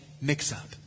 mix-up